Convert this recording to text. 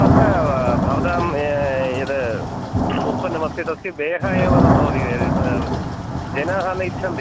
अत्र भवतां यद् उत्पन्नमस्ति तस्य वेगः एव न भवति जनाः न इच्छन्ति